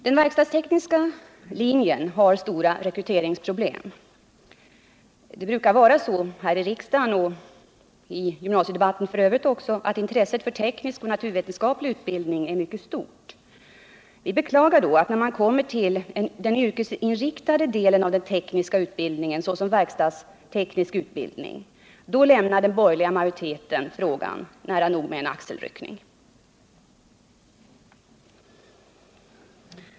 Den verkstadstekniska linjen har stora rekryteringsproblem. Det brukar vara så här i riksdagen och också i gymnasiedebatten i övriga sammanhangatt intresset för teknisk och naturvetenskaplig utbildning är mycket stort. Vi beklagar därför att den borgerliga majoriteten när det gäller den yrkesinriktade delen av den tekniska utbildningen, såsom verkstadsteknisk utbildning, lämnar denna fråga nära nog med en axelryckning.